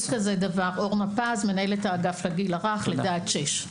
שמי אורנה פז, מנהלת האגף לגיל הרך לידה עד שש.